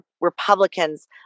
Republicans